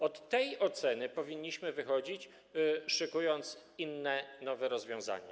Od tej oceny powinniśmy wychodzić, szykując inne, nowe rozwiązanie.